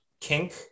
kink